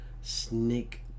Snake